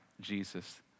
Jesus